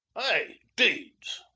ay! deeds!